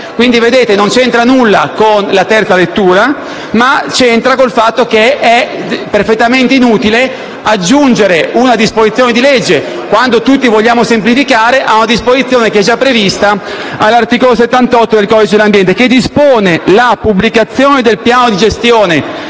dell'ambiente. Non c'entra nulla con la terza lettura, ma con il fatto che è perfettamente inutile aggiungere una disposizione di legge, quando tutti vogliamo semplificare, a una già prevista all'articolo 78 del codice dell'ambiente, che dispone la pubblicazione del piano di gestione